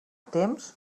temps